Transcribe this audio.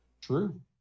True